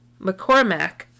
McCormack